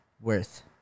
worth